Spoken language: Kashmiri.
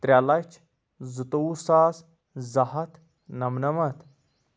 ترٛےٚ لَچھ زٕ تُووُہ ساس زٕ ہَتھ نَمنَمتھ